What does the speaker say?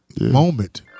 moment